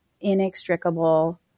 inextricable